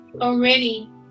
already